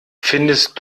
findest